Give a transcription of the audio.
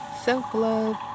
self-love